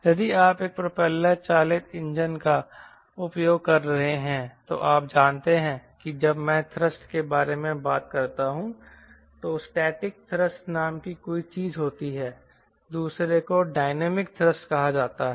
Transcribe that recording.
यदि आप एक प्रोपेलर चालित इंजन का उपयोग कर रहे हैं तो आप जानते हैं कि जब मैं थ्रस्ट के बारे में बात करता हूं तो स्टैटिक थ्रस्ट नाम की कोई चीज होती है दूसरे को डायनेमिक थ्रस्ट कहा जाता है